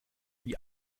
wie